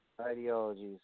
ideologies